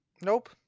nope